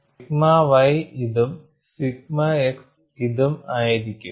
sigma y ഇതും sigma x ഇതും ആയിരിക്കും